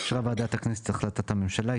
אישרה ועדת הכנסת את החלטת הממשלה,